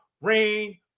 rain